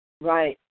Right